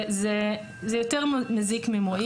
זה יותר מזיק ממועיל.